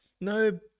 no